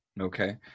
Okay